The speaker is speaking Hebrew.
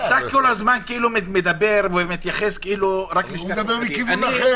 אתה מדבר רק על לשכת עורכי הדין.